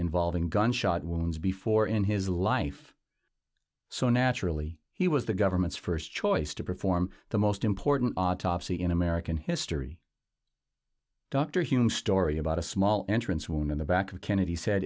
involving gunshot wounds before in his life so naturally he was the government's first choice to perform the most important autopsy in american history dr humes story about a small entrance wound in the back of kennedy said